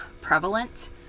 prevalent